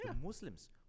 Muslims